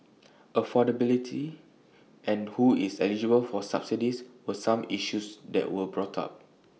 affordability and who is eligible for subsidies were some issues that were brought up